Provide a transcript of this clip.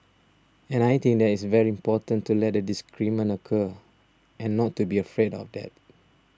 and I think that it's very important to let a disagreement occur and not to be afraid of that